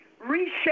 Reshape